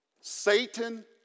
Satan